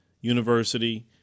University